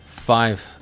five